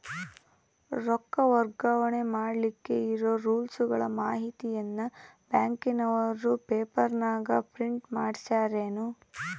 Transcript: ರೊಕ್ಕ ವರ್ಗಾವಣೆ ಮಾಡಿಲಿಕ್ಕೆ ಇರೋ ರೂಲ್ಸುಗಳ ಮಾಹಿತಿಯನ್ನ ಬ್ಯಾಂಕಿನವರು ಪೇಪರನಾಗ ಪ್ರಿಂಟ್ ಮಾಡಿಸ್ಯಾರೇನು?